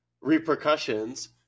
repercussions